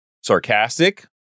sarcastic